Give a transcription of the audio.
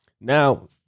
Now